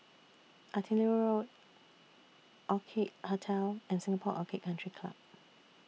Artillery Road Orchid Hotel and Singapore Orchid Country Club